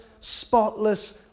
spotless